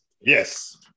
yes